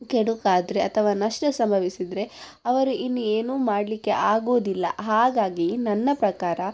ಕೆಡುಕಾದರೆ ಅಥವಾ ನಷ್ಟ ಸಂಭವಿಸಿದ್ರೆ ಅವರು ಇನ್ನೇನು ಮಾಡಲಿಕ್ಕೆ ಆಗೋದಿಲ್ಲ ಹಾಗಾಗಿ ನನ್ನ ಪ್ರಕಾರ